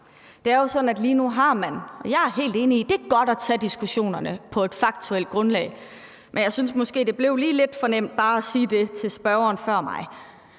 på deres uddannelse i første omgang. Jeg er helt enig i, at det er godt at tage diskussionerne på et faktuelt grundlag, men jeg synes måske, det blev lige lidt for nemt bare at sige det til spørgeren før mig.